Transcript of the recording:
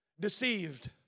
Deceived